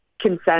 consent